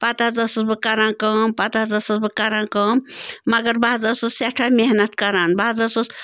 پتہٕ حظ ٲسٕس بہٕ کَران کٲم پَتہٕ حظ ٲسٕس بہٕ کَران کٲم مگر بہٕ حظ ٲسٕس سٮ۪ٹھاہ محنت کَران بہٕ حظ ٲسٕس